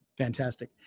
fantastic